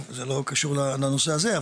לאו דווקא בנושא הזה.